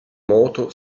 moto